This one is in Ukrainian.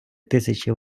тисячі